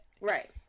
Right